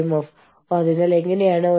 നിങ്ങൾ പ്രവർത്തനങ്ങൾ അവസാനിപ്പിക്കുകയാണ്